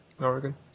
Oregon